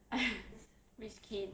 rich kid